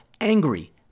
angry